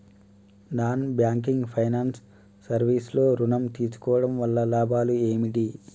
Non banking finance service లో ఋణం తీసుకోవడం వల్ల లాభాలు ఏమిటి?